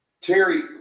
Terry